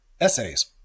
essays